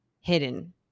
hidden